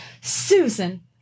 Susan